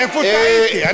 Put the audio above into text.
איפה טעיתי?